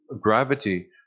gravity